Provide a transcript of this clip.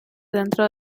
dentro